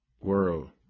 world